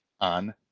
on